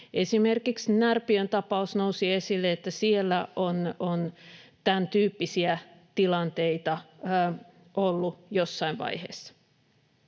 Esimerkiksi Närpiön tapaus nousi esille, se, että siellä on tämäntyyppisiä tilanteita ollut jossain vaiheessa.